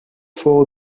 fou